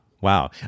Wow